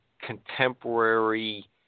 contemporary